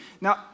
Now